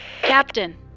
Captain